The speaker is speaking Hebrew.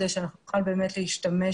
כדי שנוכל להשתמש